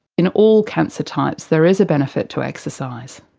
in all cancer types there is a benefit to exercise.